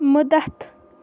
مُدتھ